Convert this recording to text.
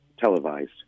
televised